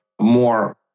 more